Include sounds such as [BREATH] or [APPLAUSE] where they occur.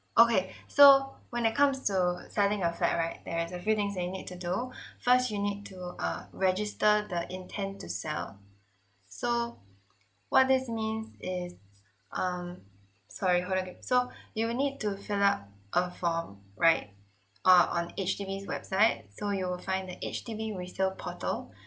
okay so when it comes to selling a flat right there is a few things that you need to do [BREATH] first you need to uh register the intent to sell so what this means is um sorry hold on so you'll need to fill up a form right uh on H_D_B's website so you will find that H_D_B resale portal